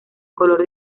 color